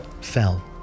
fell